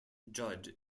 judd